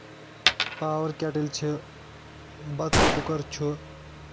power kettle چھِ بَتہٕ cooker چھُ